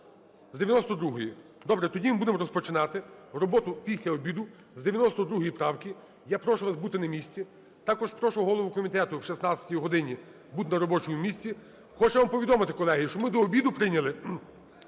З 92-ї? Добре. Тоді ми будемо розпочинати роботу після обіду з 92 правки. Я прошу вас бути на місці. Також прошу голову комітету о 16 годині бути на робочому місці. Хочу вам повідомити, колеги, що ми до обіду прийняли